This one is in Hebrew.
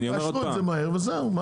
תעשו את זה מהר וזהו.